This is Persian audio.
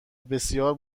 بسیار